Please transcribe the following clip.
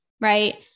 right